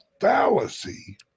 fallacy